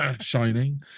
Shining